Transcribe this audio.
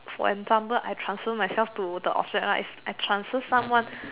for example I transfer myself to the outside right I transfer someone